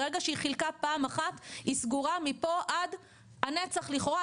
ברגע שהיא חילקה פעם אחת היא סגורה מפה עד הנצח לכאורה,